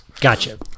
Gotcha